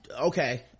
okay